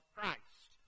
Christ